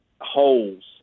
holes